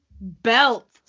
Belt